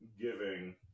giving